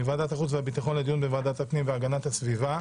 מוועדת חוץ וביטחון לדיון בוועדת הפנים והגנת הסביבה.